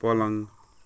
पलङ